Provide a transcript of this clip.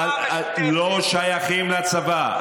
אתם הקמתם את הרשימה המשותפת.